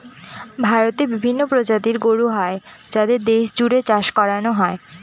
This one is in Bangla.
ভারতে বিভিন্ন প্রজাতির গরু হয় যাদের দেশ জুড়ে চাষ করানো হয়